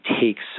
takes